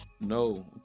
No